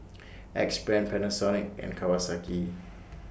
Axe Brand Panasonic and Kawasaki